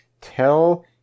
tell